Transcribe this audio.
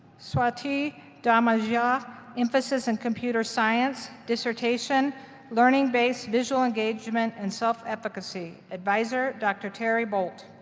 swati dhamija emphasis in computer science. dissertation learning based visual engagement and self-efficacy advisor, dr. terry boult.